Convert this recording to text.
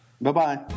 Bye-bye